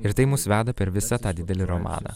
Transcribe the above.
ir tai mus veda per visą tą didelį romaną